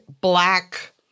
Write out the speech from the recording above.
black